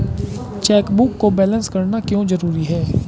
Chequebook को balance करना क्यों जरूरी है?